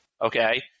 okay